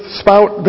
spout